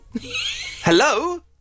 Hello